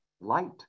light